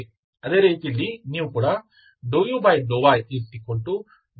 ಅದು ನನ್ನ ∂x ಅನ್ನು ನೀಡುತ್ತದೆ